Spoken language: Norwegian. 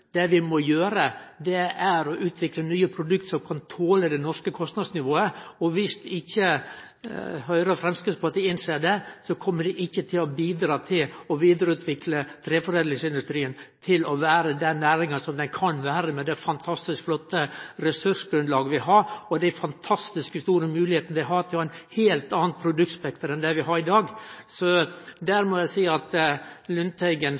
Det vi må gjere, er å utvikle nye produkt som kan tole det norske kostnadsnivået. Viss ikkje Høgre og Framstegspartiet innser det, kjem dei ikkje til å bidra til å vidareutvikle treforedlingsindustrien til å vere den næringa som han kan vere med det fantastisk flotte ressursgrunnlaget vi har, og dei fantastiske store moglegheitene vi har til å ha eit heilt anna produktspekter enn det vi har i dag. Så der må eg seie at Lundteigen